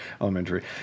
elementary